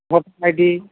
voter ID